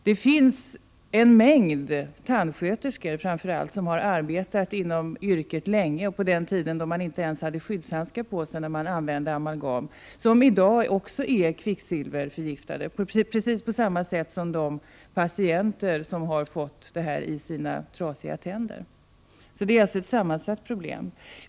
Det finns en mängd tandsköterskor som arbetat inom yrket länge och på den tiden när man inte ens hade skyddshandske på sig när man använde amalgam, som i dag också är kvicksilverförgiftade på samma sätt som de patienter som fått sina trasiga tänder lagade med amalgam. Det är alltså ett sammansatt problem.